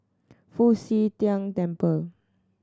Fu Xi Tang Temple